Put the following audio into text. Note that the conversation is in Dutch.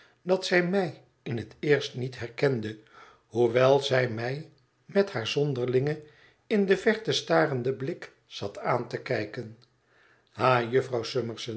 dat zij mij in het eerst niet herkende hoewel zij mij met haar zonderlingen in de verte starenden blik zat aan te kijken ha jufvrouw